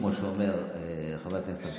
כמו שאומר חבר הכנסת אמסלם,